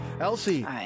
Elsie